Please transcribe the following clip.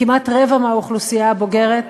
כמעט רבע מהאוכלוסייה הבוגרת,